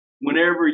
Whenever